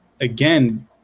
again